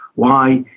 why?